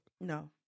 No